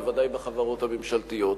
בוודאי בחברות הממשלתיות.